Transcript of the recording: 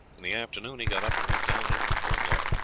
in the afternoon he got up and went down into the courtyard.